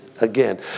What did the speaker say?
again